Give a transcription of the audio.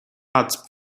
art